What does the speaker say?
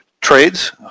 trades